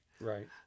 Right